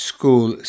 School